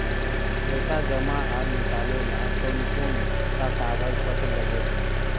पैसा जमा आर निकाले ला कोन कोन सा कागज पत्र लगे है?